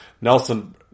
Nelson